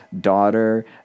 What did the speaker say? daughter